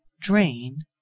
drain